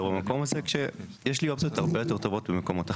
במקום הזה כשיש לי אופציות הרבה יותר טובות במקומות אחרים.